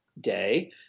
day